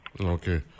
Okay